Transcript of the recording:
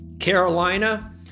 Carolina